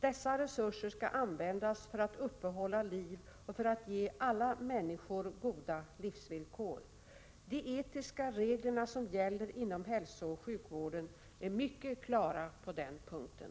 Dessa resurser skall användas för att uppehålla liv och för att ge alla människor goda livsvillkor. De etiska regler som gäller inom hälsooch sjukvården är mycket klara på den punkten.